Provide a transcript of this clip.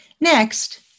Next